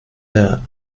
der